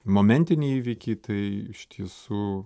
momentinį įvykį tai iš tiesų